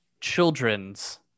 children's